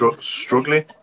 struggling